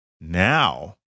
Now